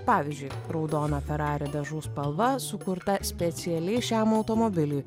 pavyzdžiui raudona ferrari dažų spalva sukurta specialiai šiam automobiliui